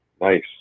Nice